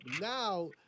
now